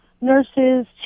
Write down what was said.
nurses